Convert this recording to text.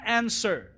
answer